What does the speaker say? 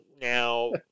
Now